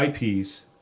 IPs